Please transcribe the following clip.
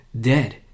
dead